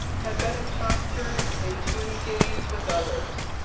have better posture, and to engage with others.